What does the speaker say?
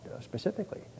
specifically